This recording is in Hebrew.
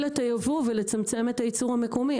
את הייבוא ולצמצם את הייצור המקומי,